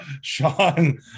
Sean